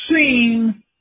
seen